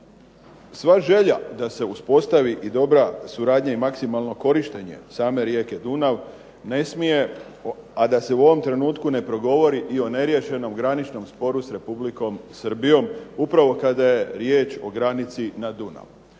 sva želja da se uspostavi i dobra suradnja i maksimalno korištenje same rijeke Dunav ne smije, a da se u ovom trenutku ne progovori i o neriješenom graničnom sporu s Republikom Srbijom upravo kada je riječ o granici na Dunavu.